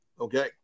okay